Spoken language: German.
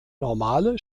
normale